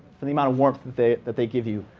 for the amount of warmth that they that they give you.